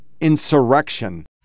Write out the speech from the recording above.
insurrection